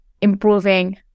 improving